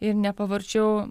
ir nepavarčiau